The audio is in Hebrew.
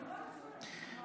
נגמר הזמן.